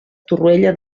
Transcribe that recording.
torroella